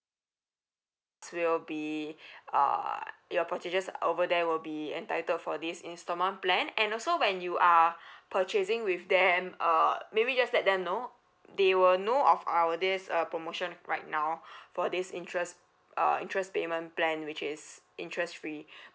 so will be uh your purchases over there will be entitled for this instalment plan and also when you are purchasing with them uh maybe just let them know they will know of our this uh promotion right now for this interest uh interest payment plan which is interest free